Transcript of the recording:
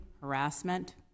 harassment